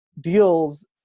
deals